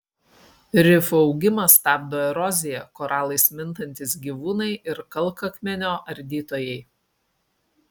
rifų augimą stabdo erozija koralais mintantys gyvūnai ir kalkakmenio ardytojai